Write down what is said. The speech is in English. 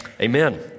Amen